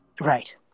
Right